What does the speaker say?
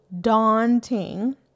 daunting